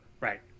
right